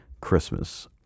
Christmas